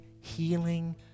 healing